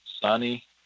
sunny